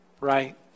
right